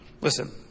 Listen